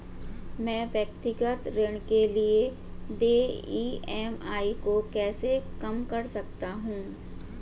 मैं व्यक्तिगत ऋण के लिए देय ई.एम.आई को कैसे कम कर सकता हूँ?